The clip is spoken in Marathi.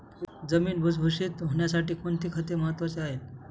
जमीन भुसभुशीत होण्यासाठी कोणती खते महत्वाची आहेत?